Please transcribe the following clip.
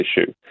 issue